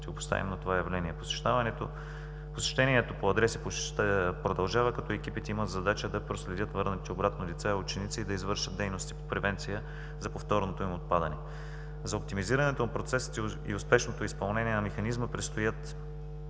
се противопоставим на това явление. Посещението по адреси продължава, като екипите имат задача да проследят върнатите обратно деца и ученици и да извършат дейностите по превенция за повторното им отпадане. За оптимизирането на процесите и успешното изпълнение на механизма предстоят: